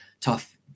tough